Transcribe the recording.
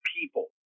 people